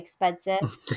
expensive